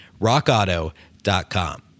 rockauto.com